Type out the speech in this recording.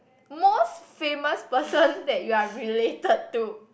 most famous person that you're related to